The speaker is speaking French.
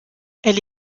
elle